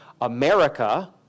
America